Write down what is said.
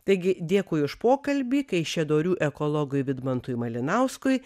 taigi dėkui už pokalbį kaišiadorių ekologui vidmantui malinauskui